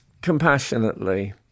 compassionately